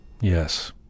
Yes